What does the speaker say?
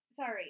Sorry